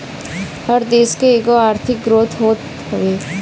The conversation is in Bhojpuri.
हर देस कअ एगो आर्थिक ग्रोथ होत हवे